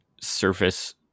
Surface